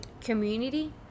community